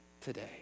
today